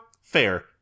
fair